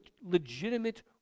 legitimate